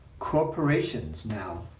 corporations now